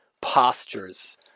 postures